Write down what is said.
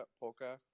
polka